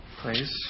Please